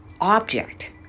object